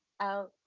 out